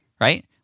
right